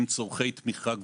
עם צורכי תמיכה גבוהים.